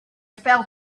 fell